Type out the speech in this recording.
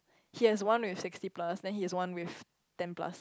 he has one with sixty plus then he has one with ten plus